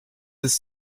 this